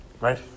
Right